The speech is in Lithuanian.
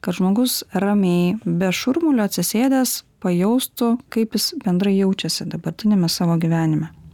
kad žmogus ramiai be šurmulio atsisėdęs pajaustų kaip jis bendrai jaučiasi dabartiniame savo gyvenime